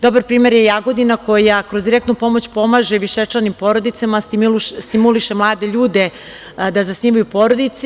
Dobar primer je Jagodina koja kroz direktnu pomoć pomaže višečlanim porodicama, stimuliše mlade ljude da zasnivaju porodice.